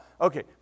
Okay